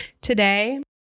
Today